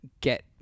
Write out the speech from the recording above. get